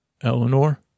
Eleanor